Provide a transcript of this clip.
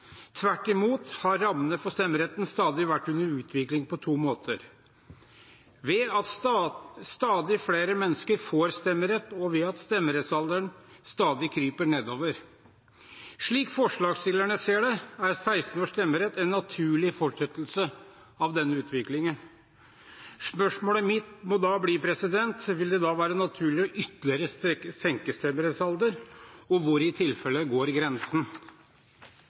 Tvert imot har rammene for stemmeretten stadig vært under utvikling på to måter: ved at stadig flere mennesker får stemmerett, og ved at stemmerettsalderen stadig kryper nedover. Slik forslagsstillerne ser det, er 16-års stemmerett en naturlig fortsettelse av denne utviklingen. Spørsmålet mitt må da bli: Vil det da være naturlig å senke stemmerettsalderen ytterligere, og hvor går i så fall grensen?